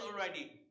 already